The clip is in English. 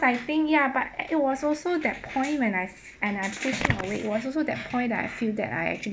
I think ya but eh it was also that point when I and I pushed him away it was also that point that I feel that I actually